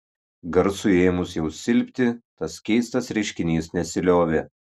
garsui ėmus jau silpti tas keistas reiškinys nesiliovė